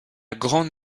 grande